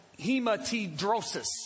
hematidrosis